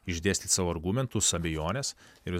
išdėstyti savo argumentus abejones ir